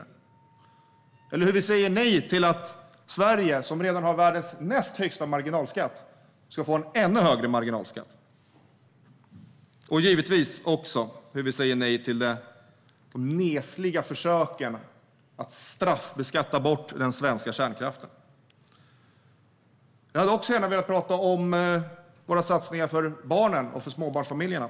Jag hade gärna pratat om hur vi säger nej till att Sverige, som redan har världens näst högsta marginalskatt, ska få en ännu högre marginalskatt och givetvis också om hur vi säger nej till de nesliga försöken att straffbeskatta bort den svenska kärnkraften. Jag hade också gärna velat prata om våra satsningar för barnen och småbarnsfamiljerna.